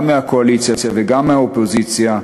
גם מהקואליציה וגם מהאופוזיציה,